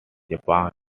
japan